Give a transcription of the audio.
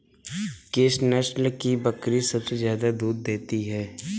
किस नस्ल की बकरी सबसे ज्यादा दूध देती है?